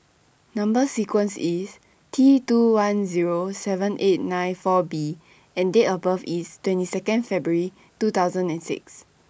Number sequence IS T two one seven eight nine four B and Date of birth IS twenty Second February two thousand and six